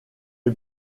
est